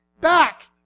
Back